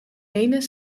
menen